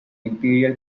imperial